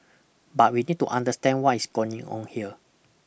but we need to understand what is going on here